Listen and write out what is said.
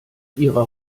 ihrer